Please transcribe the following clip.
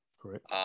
Correct